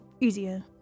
easier